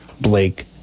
Blake